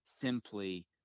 simply